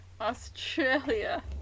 australia